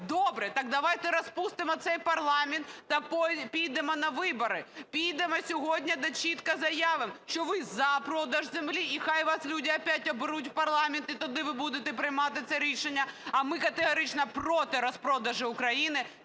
добре, так давайте розпустимо цей парламент та підемо на вибори. Підемо сьогодні та чітко заявимо, що ви за продаж землі, і хай вас люди опять оберуть в парламент, і тоді ви будете приймати це рішення. А ми категорично проти розпродажу України